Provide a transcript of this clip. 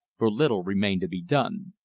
for little remained to be done.